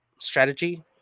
strategy